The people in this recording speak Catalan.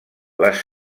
les